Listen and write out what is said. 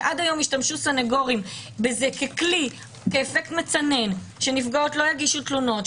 שעד היום השתמשו סנגורים בזה ככלי אפקט מצנן שנפגעות לא יגישו תלונות,